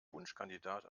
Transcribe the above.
wunschkandidat